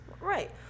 Right